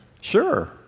Sure